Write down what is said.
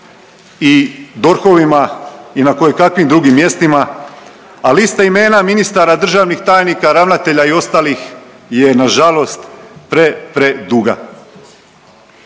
i DORH-ovima i na kojekakvim drugim mjestima, a lista imena ministara, državnih tajnika, ravnatelja i ostalih je na žalost pre, preduga.